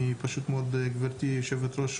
גבירתי היושבת-ראש,